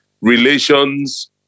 relations